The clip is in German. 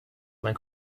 mein